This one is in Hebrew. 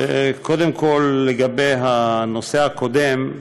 קודם כול, לגבי הנושא הקודם,